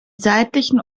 seitlichen